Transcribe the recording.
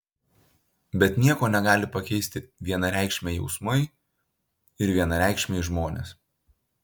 bet nieko negali pakeisti vienareikšmiai jausmai ir vienareikšmiai žmonės